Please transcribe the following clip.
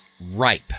ripe